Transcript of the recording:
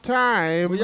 time